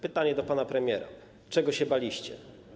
Pytanie do pana premiera: Czego się baliście?